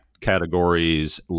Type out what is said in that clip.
categories